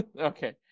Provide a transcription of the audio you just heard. okay